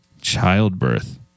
childbirth